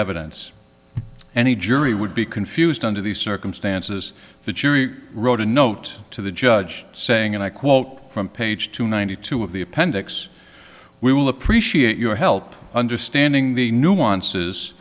evidence any jury would be confused under these circumstances the jury wrote a note to the judge saying and i quote from page two ninety two of the appendix we will appreciate your help understanding the nuances